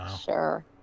Sure